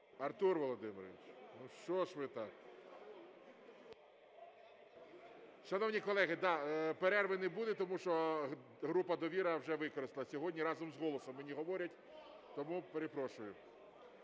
Артур Володимирович, що ж ви так… Шановні колеги, перерв не буде, тому що група "Довіра" вже використала сьогодні разом з "Голосом", мені говорять, тому перепрошую.